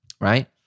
right